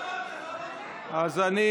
לא, אמרת, אמרת "ראש הממשלה".